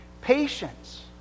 Patience